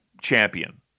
champion